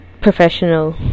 professional